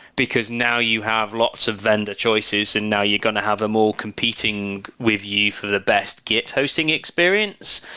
because now you have lots of vendor choices and now you're going to have a more competing with you for the best git hosting experience,